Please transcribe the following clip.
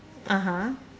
(uh huh)